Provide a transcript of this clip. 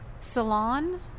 Salon